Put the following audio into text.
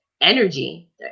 energy